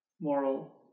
moral